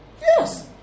Yes